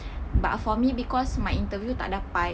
but for me because my interview tak dapat